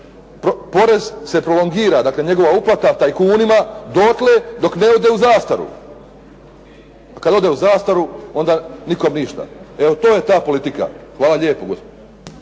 Porez se prolongira, dakle njegova uplata tajkunima dotle dok ne ode u zastaru, a kad ode u zastaru onda nikom ništa. Evo to je ta politika. Hvala lijepo.